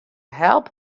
help